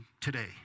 today